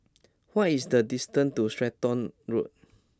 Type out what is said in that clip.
what is the distance to Stratton Road